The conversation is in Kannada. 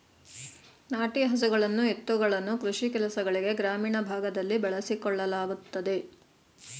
ನಾಟಿ ಹಸುಗಳನ್ನು ಎತ್ತುಗಳನ್ನು ಕೃಷಿ ಕೆಲಸಗಳಿಗೆ ಗ್ರಾಮೀಣ ಭಾಗದಲ್ಲಿ ಬಳಸಿಕೊಳ್ಳಲಾಗುತ್ತದೆ